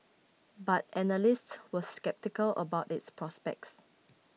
but analysts were sceptical about its prospects